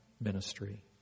ministry